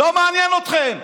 לא מעניין אתכם.